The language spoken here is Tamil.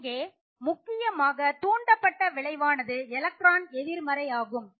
இங்கே முக்கியமாக தூண்டப்பட்ட விளைவானது எலக்ட்ரான் எதிர்மறை ஆகும்